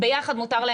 לגבי כולם.